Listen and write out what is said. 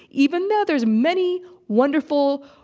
even though there's many wonderful,